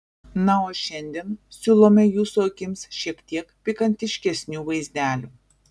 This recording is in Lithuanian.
na o šiandien siūlome jūsų akims šiek tiek pikantiškesnių vaizdelių